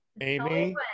amy